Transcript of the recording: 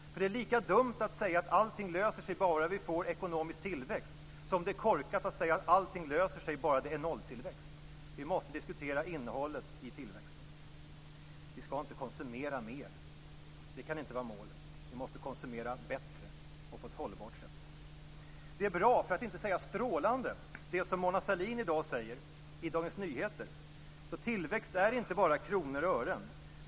Det är nämligen lika dumt att säga att allting löser sig om vi bara får ekonomisk tillväxt som det är korkat att säga att allt löser sig om det bara är nolltillväxt. Vi måste diskutera innehållet i tillväxten. Vi skall inte konsumera mer. Det kan inte vara målet. Vi måste konsumera bättre och på ett hållbart sätt. Det som Mona Sahlin i dag säger i Dagens Nyheter är bra, för att inte säga strålande: "Tillväxt är inte bara kronor och ören -.